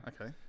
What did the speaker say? Okay